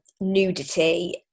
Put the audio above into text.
nudity